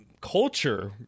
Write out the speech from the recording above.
culture